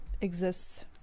exists